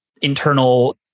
internal